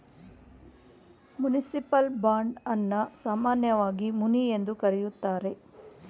municipal bond ಅನ್ನ ಸಾಮಾನ್ಯವಾಗಿ ಮುನಿ ಎಂದು ಕರೆಯುತ್ತಾರೆ